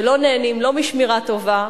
שלא נהנים משמירה טובה,